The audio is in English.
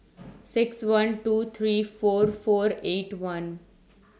six one two three four four eight one